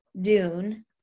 Dune